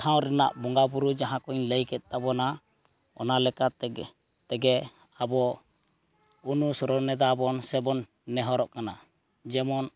ᱴᱷᱟᱶ ᱨᱮᱱᱟᱜ ᱵᱚᱸᱜᱟ ᱵᱩᱨᱩ ᱡᱟᱦᱟᱸᱠᱚᱧ ᱞᱟᱹᱭ ᱠᱮᱫ ᱛᱟᱵᱚᱱᱟ ᱚᱱᱟ ᱞᱮᱠᱟᱛᱮᱜᱮ ᱟᱵᱚ ᱚᱱᱩᱥᱚᱨᱚᱱᱮᱫᱟ ᱵᱚᱱ ᱥᱮᱵᱚᱱ ᱱᱮᱦᱚᱨᱚᱜ ᱠᱟᱱᱟ ᱡᱮᱢᱚᱱ